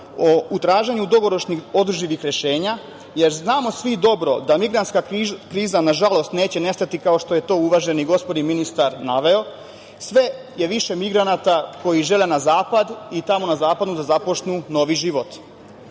u traženju dugoročnih održivih rešenja, jer znamo svi dobro da migrantska kriza, nažalost, neće nestati kao što je to uvaženi gospodin ministar naveo. Sve je više migranata koji žele na Zapad i tamo na Zapadu da započnu novi